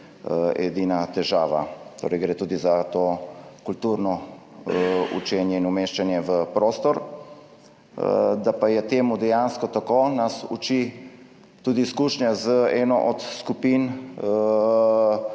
edina težava, gre tudi za kulturno učenje in umeščanje v prostor. Da pa je to dejansko tako, nas uči tudi izkušnja z eno od skupin,